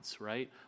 right